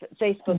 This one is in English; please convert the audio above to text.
Facebook